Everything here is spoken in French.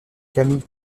camille